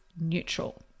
neutral